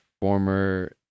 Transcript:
Former